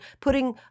putting